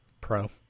Pro